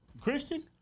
Christian